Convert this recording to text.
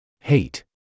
Hate